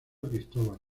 cristóbal